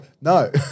no